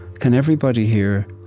can everybody here,